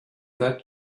that